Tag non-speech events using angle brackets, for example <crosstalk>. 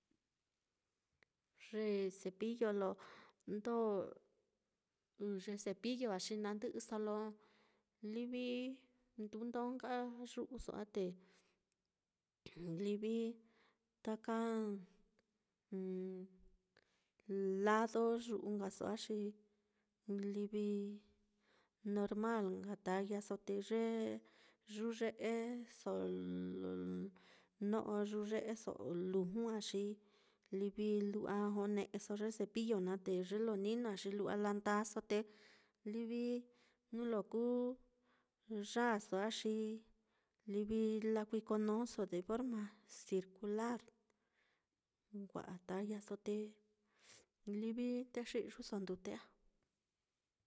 Ye cepillo lo ndó ye cepillo á xi na ndɨ'ɨso lo livi ndundó nka yu'uso á, te livi taka <hesitation> lado yu'u nkso á, xi normal nka tallaso te ye yuye'eso lo-no'o yuye'eso luju á xi lu'wa jone'eso ye cepillo naá, te ye lo nino á xi lu'wa la ndaaso, te livi nuu lo kuu yaaso á xi livi lakuikonóso de forma circular, wa'a tallaso livi ndexi'yuso ndute á.